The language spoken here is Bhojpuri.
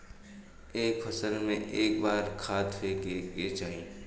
एक फसल में क बार खाद फेके के चाही?